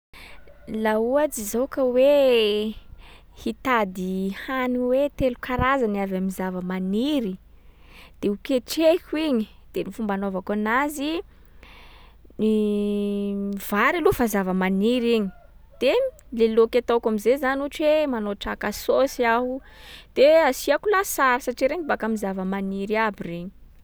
Laha ohatsy zao ka hoe hitady hany hoe telo karazany avy am'zava-maniry, de ho ketrehiko igny, de ny fomba anaovako anazy: vary aloha fa zava-maniry igny de le laoky ataoko am’zay zany ohatry hoe manao traka saosy aho, de asiàko lasary satria regny baka am'zava-maniry aby regny.